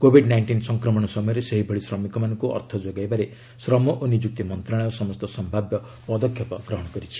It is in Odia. କୋଭିଡ୍ ନାଇଷ୍ଟିନ୍ ସଂକ୍ରମଣ ସମୟରେ ସେହିଭଳି ଶ୍ରମିକମାନଙ୍କୁ ଅର୍ଥ ଯୋଗାଇବାରେ ଶ୍ରମ ଓ ନିଯୁକ୍ତି ମନ୍ତ୍ରଣାଳୟ ସମସ୍ତ ସମ୍ଭାବ୍ୟ ପଦକ୍ଷେପ ଗ୍ରହଣ କରିଛି